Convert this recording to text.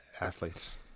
athletes